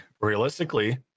realistically